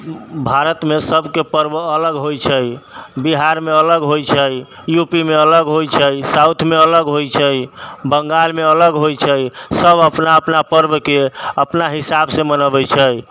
भारतमे सबके पर्व अलग होइ छै बिहारमे अलग होइ छै यू पी मे अलग होइ छै साउथमे अलग होइ छै बङ्गालमे अलग होइ छै सब अपना अपना पर्वके अपना हिसाबसँ मनबै छै